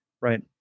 right